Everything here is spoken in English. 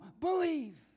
believe